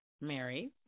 Mary